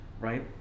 right